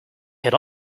head